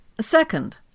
Second